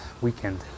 weekend